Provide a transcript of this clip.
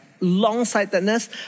long-sightedness